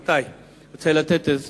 רבותי, אני רוצה לתת הסברים.